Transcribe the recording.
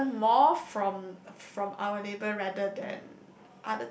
they earn more from from our labour rather than